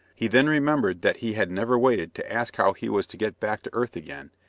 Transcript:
he then remembered that he had never waited to ask how he was to get back to earth again,